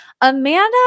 Amanda